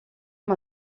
amb